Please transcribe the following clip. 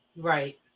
Right